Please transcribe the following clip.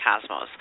cosmos